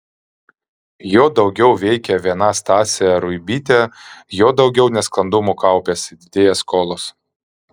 juo daugiau veikia viena stasė ruibytė juo daugiau nesklandumų kaupiasi didėja skolos